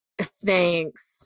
Thanks